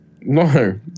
No